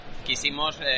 Quisimos